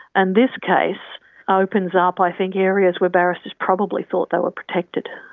and this case ah opens ah up i think areas where barristers probably thought they were protected.